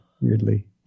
weirdly